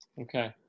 Okay